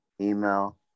email